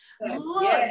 Look